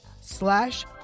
slash